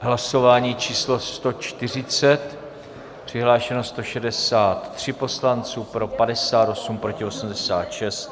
Hlasování číslo 140, přihlášeno 163 poslanců, pro 58, proti 86.